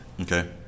Okay